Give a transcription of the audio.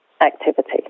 activity